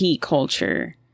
culture